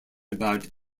about